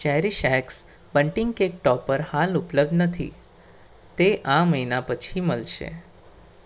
CherishX bunting cake topper હાલ ઉપલબ્ધ નથી તે આ મહિના પછી મળશે